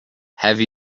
have